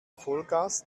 vollgas